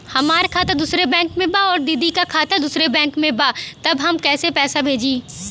हमार खाता दूसरे बैंक में बा अउर दीदी का खाता दूसरे बैंक में बा तब हम कैसे पैसा भेजी?